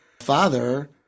father